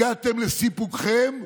הגעתם לסיפוקכם,